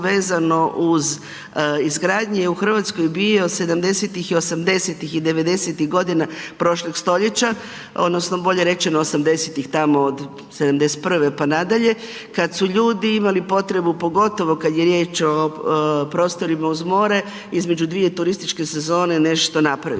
uz izgradnje u Hrvatskoj je bio 70-tih i 80-tih i 90-tih godina prošlog stoljeća, odnosno bolje rečeno 80-tih tamo od 1971. pa nadalje, kad su ljudi imali potrebu, pogotovo kad je riječ o prostorima uz more između dvije turističke sezone nešto napravili.